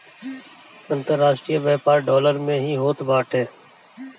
अन्तरराष्ट्रीय व्यापार डॉलर में ही होत बाटे